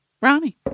Ronnie